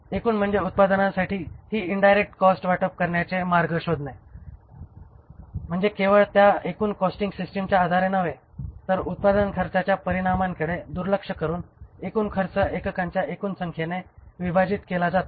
एकूण म्हणजे उत्पादनांसाठी हि इन्डायरेक्ट कॉस्ट वाटप करण्याचे मार्ग शोधणे म्हणजे केवळ त्या एकूण कॉस्टिंग सिस्टिमच्या आधारे नव्हे तर उत्पादन खर्चाच्या परिमाणांकडे दुर्लक्ष करून एकूण खर्च एककांच्या एकूण संख्येने विभाजित केला जातो